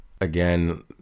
Again